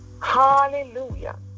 Hallelujah